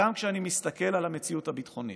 גם כשאני מסתכל על המציאות הביטחונית,